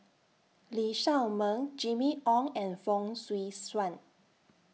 Lee Shao Meng Jimmy Ong and Fong Swee Suan